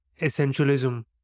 essentialism